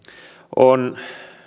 on